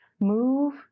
move